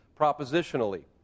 propositionally